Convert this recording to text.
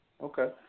Okay